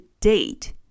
date